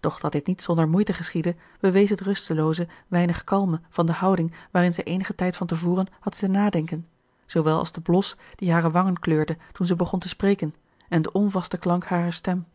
doch dat dit niet zonder moeite geschiedde bewees het rustelooze weinig kalme van de houding waarin zij eenigen tijd van te voren had zitten nadenken zoowel als de blos die hare wangen kleurde toen zij begon te spreken en de onvaste klank harer stem